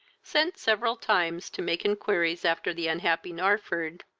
sent several times to make inquiries after the unhappy narford.